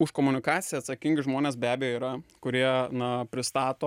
už komunikaciją atsakingi žmonės be abejo yra kurie na pristato